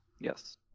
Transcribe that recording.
yes